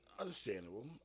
Understandable